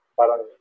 parang